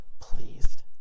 pleased